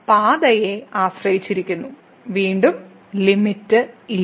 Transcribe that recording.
limit പാതയെ ആശ്രയിച്ചിരിക്കുന്നു വീണ്ടും ഈ ലിമിറ്റ് നിലവിലില്ല